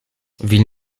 ville